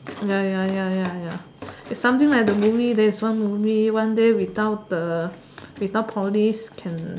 ya ya ya ya ya is something like the movie there is one movie one day without the without police can